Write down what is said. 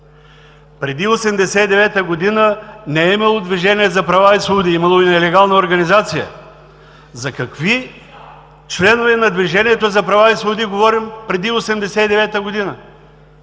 Преди 1989 г. не е имало Движение за права и свободи – имало е нелегална организация. За какви членове на Движението за права и свободи говорим преди 1989 г.?